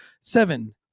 seven